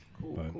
cool